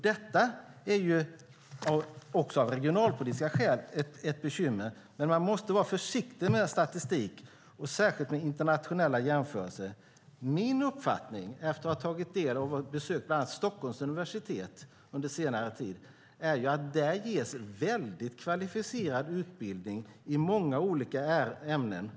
Detta är också av regionalpolitiska skäl ett bekymmer. Men man måste vara försiktig med statistik, särskilt med internationella jämförelser. Min uppfattning efter att under senare tid ha besökt bland annat Stockholms universitet är att där ges en väldigt kvalificerad utbildning i många olika ämnen.